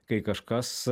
kai kažkas